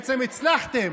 בעצם הצלחתם,